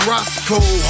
Roscoe